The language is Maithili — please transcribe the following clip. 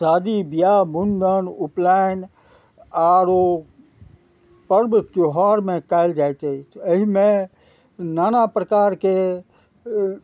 शादी बियाह मुण्डन उपनयन आरो पर्व त्योहारमे कयल जाइत अछि एहिमे नाना प्रकारके